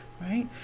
right